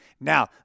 Now